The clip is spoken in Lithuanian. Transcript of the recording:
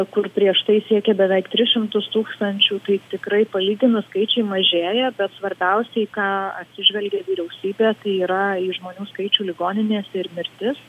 kur prieš tai siekė beveik tris šimtus tūkstančių tai tikrai palyginus skaičiai mažėja bet svarbiausia į ką atsižvelgia vyriausybė tai yra į žmonių skaičių ligoninėse ir mirtis